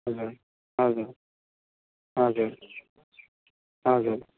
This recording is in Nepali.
हजुर हजुर हजुर हजुर